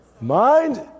mind